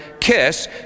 kiss